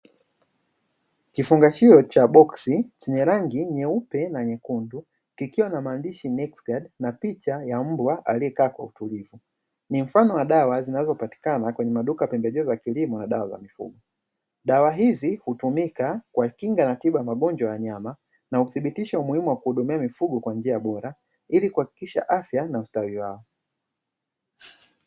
Kifungashio cha boksi chenye rangi nyeupe na nyekundu kikiwa na maandishi ni nextgen na picha ya mbwa aliyekaa utulivu ni mfano wa dawa zinazopatikana kwenye maduka pembejeo za kilimo na dawa za mifugo dawa hizi hutumika kwa kinga na tiba ya magonjwa ya wanyama na uthibitisho umuhimu wa kuhudumia mifugo kwa njia bora ili kuhakikisha afya na ustawi wao.